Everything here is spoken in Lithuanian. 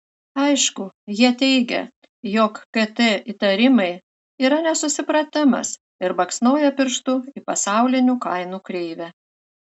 aišku jie teigia jog kt įtarimai yra nesusipratimas ir baksnoja pirštu į pasaulinių kainų kreivę